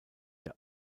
der